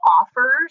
offers